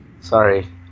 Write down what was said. Sorry